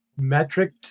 metric